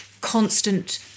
constant